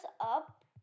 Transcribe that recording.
up